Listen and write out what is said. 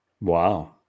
Wow